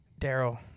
Daryl